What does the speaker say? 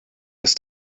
ist